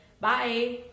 Bye